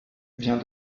vient